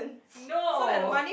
no